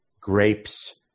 grapes